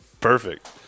Perfect